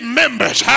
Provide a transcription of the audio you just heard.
members